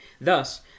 Thus